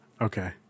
Okay